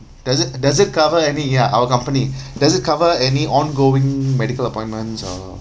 does it does it cover any ya our company doesn't cover any ongoing medical appointments